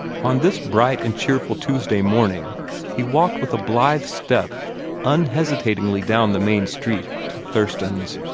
on this bright and cheerful tuesday morning he walked with a blithe step unhesitatingly down the main street to thurston's,